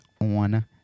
on